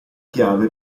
chiave